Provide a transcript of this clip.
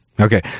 Okay